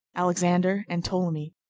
alexander and ptolemy,